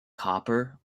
copper